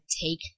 take